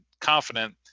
confident